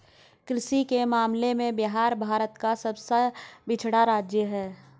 कृषि के मामले में बिहार भारत का सबसे पिछड़ा राज्य है